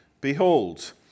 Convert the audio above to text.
Behold